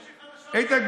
יש לי חדשות בשבילך,